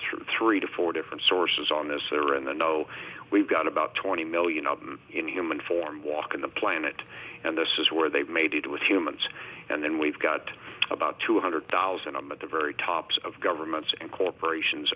through three to four different sources on this there are in the know we've got about twenty million in human form walking the planet and this is where they've made it with humans and then we've got about two hundred thousand i'm at the very top of governments and corporations